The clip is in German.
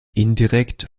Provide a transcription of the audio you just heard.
indirekt